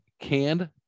canned